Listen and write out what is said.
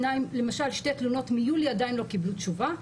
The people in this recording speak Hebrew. למשל שתי תלונות מיולי עדיין לא קיבלו תשובה.